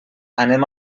anem